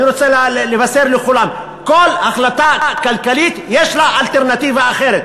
אני רוצה לבשר לכולם: לכל החלטה כלכלית יש אלטרנטיבה אחרת.